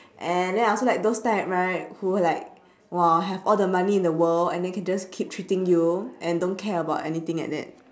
and then I also like those type right who like !wah! have all the money in the world and then can just keep treating you and don't care about anything like that